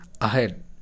ahead